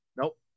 Nope